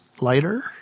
lighter